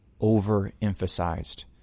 overemphasized